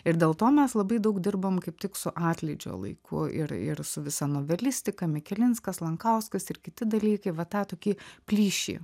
ir dėl to mes labai daug dirbom kaip tik su atlydžio laiku ir ir su visa novelistika mikelinskas lankauskas ir kiti dalykai va tą tokį plyšį